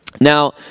Now